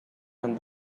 and